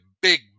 big